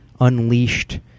unleashed